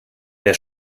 wer